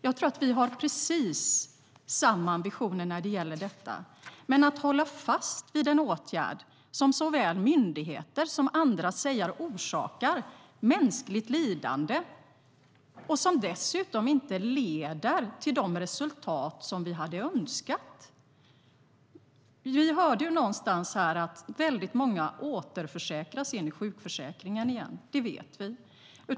Jag tror att vi har precis samma ambitioner när det gäller detta. Man kan inte hålla fast vid en åtgärd som såväl myndigheter som andra säger orsakar mänskligt lidande och som dessutom inte leder till de resultat som vi hade önskat. Vi hörde att många återförsäkras in i sjukförsäkringen igen. Det vet vi.